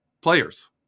players